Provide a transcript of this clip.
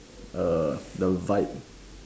the vibe